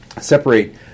separate